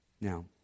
Now